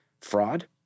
fraud